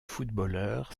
footballeur